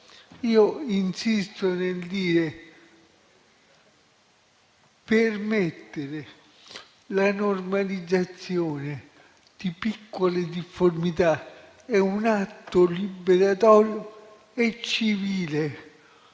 Insisto nel dire che permettere la normalizzazione di piccole difformità è un atto liberatorio e civile.